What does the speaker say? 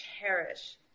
cherish